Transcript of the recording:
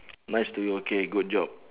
nice to you okay good job